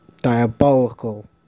diabolical